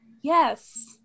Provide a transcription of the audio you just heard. Yes